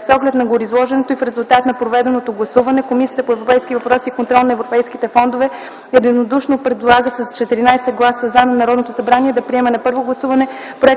С оглед на гореизложеното и в резултат на проведеното гласуване Комисията по европейските въпроси и контрол на европейските фондове единодушно предлага с 14 гласа „за” на Народното събрание да приеме на първо гласуване